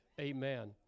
Amen